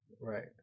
Right